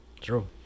true